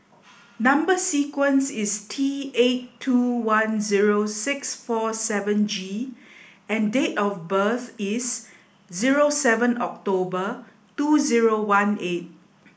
number sequence is T eight two one zero six four seven G and date of birth is zero seven October two zero one eight